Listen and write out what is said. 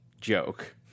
Joke